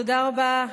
תודה רבה.